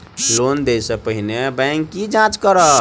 Loan देय सा पहिने बैंक की जाँच करत?